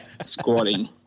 squatting